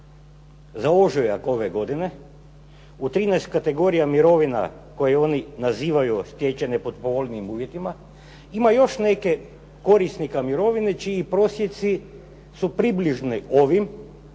za ožujak ove godine u 13 kategorija mirovina koje oni nazivaju stečene pod povoljnijim uvjetima ima još nekih korisnika mirovine čiji prosjeci su približni ovim